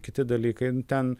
kiti dalykai nu ten